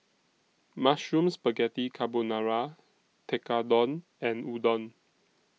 Mushroom Spaghetti Carbonara Tekkadon and Udon